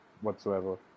whatsoever